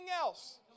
else